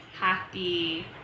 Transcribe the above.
happy